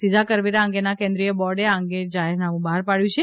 સીધા કરવેરા અંગેના કેન્દ્રિય બોર્ડે આ અંગેનું જાહેરનામુ બહાર પાડ્યું છે